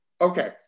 Okay